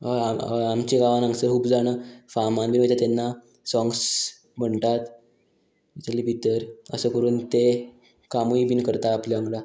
हय हय आमच्या गांवान हांगासर खूब जाणां फामान बी वयता तेन्ना सोंग्स म्हणटात जाल्यार भितर अशें करून ते कामूय बीन करता आपल्या वांगडा